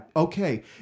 Okay